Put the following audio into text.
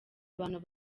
abantu